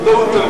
כבודו הוא,